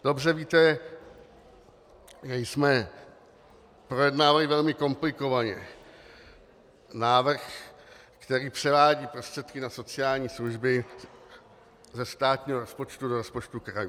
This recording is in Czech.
Dobře víte, že jsme projednávali velmi komplikovaně návrh, který převádí prostředky na sociální služby ze státního rozpočtu do rozpočtu krajů.